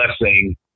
blessing